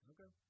Okay